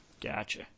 Gotcha